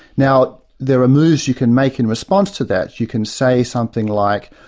now, there are moves you can make in response to that, you can say something like,